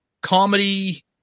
comedy